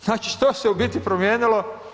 Znači što se u biti promijenilo?